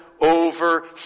over